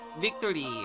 Victory